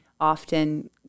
often